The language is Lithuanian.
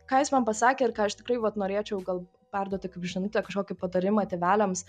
ką jis man pasakė ir ką aš tikrai vat norėčiau gal perduoti kaip žinutę kažkokį patarimą tėveliams